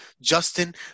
Justin